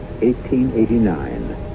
1889